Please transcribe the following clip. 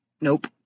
Nope